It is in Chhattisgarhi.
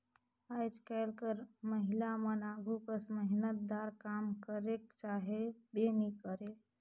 आएज काएल कर महिलामन आघु कस मेहनतदार काम करेक चाहबे नी करे